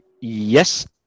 Yes